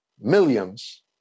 millions